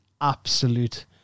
absolute